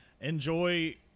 enjoy